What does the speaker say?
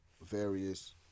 various